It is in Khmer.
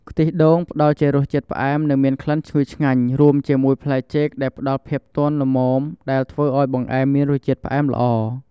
ខ្ទិះដូងផ្តល់ជារសជាតិផ្អែម និងមានក្លិនឈ្ងុយឆ្ងាញ់ រួមជាមួយផ្លែចេកដែលផ្តល់ភាពទន់ ល្មម ដែលធ្វើឱ្យបង្អែមមានរសជាតិផ្អែមល្អ។